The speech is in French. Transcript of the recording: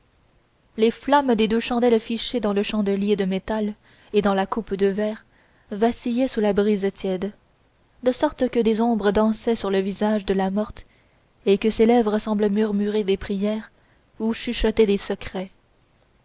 les flammes des deux chandelles fichées dans le chandelier de métal et dans la coupe de verre vacillaient sous la brise tiède de sorte que des ombres dansaient sur le visage de la morte et que ses lèvres semblaient murmurer des prières ou chuchoter des secrets